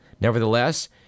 Nevertheless